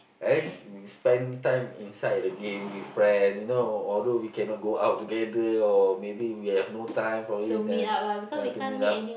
at least we spend time inside the game with friend you know although we cannot go out together or maybe we have no time for it then ya to meet up